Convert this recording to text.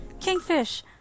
Kingfish